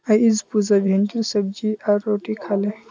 अईज पुजा भिंडीर सब्जी आर रोटी खा ले